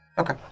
Okay